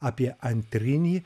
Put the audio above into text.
apie antrinį